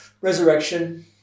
resurrection